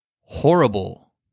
Horrible